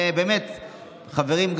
חברים,